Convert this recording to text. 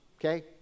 okay